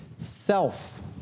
self